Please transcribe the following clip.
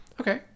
okay